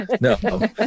no